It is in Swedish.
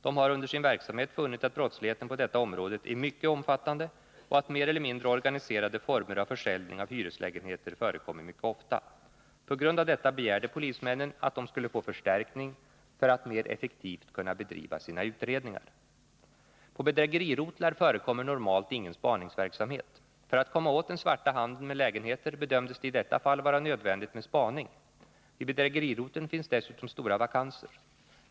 De har under sin verksamhet funnit att brottsligheten på detta område är mycket omfattande och att mer eller mindre organiserade former av försäljning av hyreslägenheter förekommer mycket ofta. På grund av detta begärde polismännen att de skulle få förstärkning för att mer effektivt kunna bedriva sina utredningar. På bedrägerirotlar förekommer normalt ingen spaningsverksamhet. För att komma åt den svarta handeln med lägenheter bedömdes det i detta fall vara nödvändigt med spaning. Vid bedrägeriroteln finns dessutom stora vakanser.